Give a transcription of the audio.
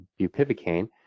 bupivacaine